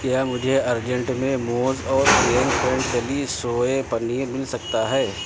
کیا مجھے ارجنٹ میں موز اورگینک پینٹ چلی سوئے پنیر مل سکتا ہے